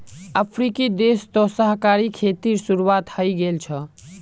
अफ्रीकी देश तो सहकारी खेतीर शुरुआत हइ गेल छ